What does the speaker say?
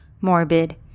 morbid